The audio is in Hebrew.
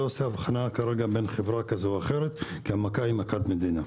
עושה הבחנה בין חברה כזו או אחרת כי המכה היא מכת מדינה.